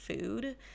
food